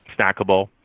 Snackable